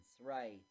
right